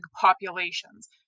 populations